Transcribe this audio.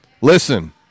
listen